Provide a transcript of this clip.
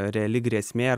reali grėsmė